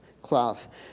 cloth